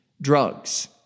drugs